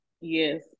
yes